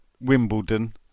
Wimbledon